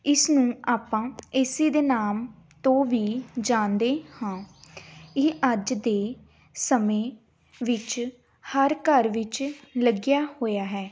ਇਸਨੂੰ ਆਪਾਂ A C ਦੇ ਨਾਮ ਤੋਂ ਵੀ ਜਾਣਦੇ ਹਾਂ ਇਹ ਅੱਜ ਦੇ ਸਮੇਂ ਵਿੱਚ ਹਰ ਘਰ ਵਿੱਚ ਲੱਗਿਆ ਹੋਇਆ ਹੈ